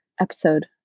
episode